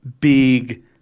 big